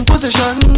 Position